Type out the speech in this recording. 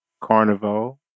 Carnival